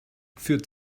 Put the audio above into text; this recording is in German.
führt